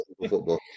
football